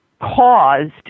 caused